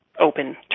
open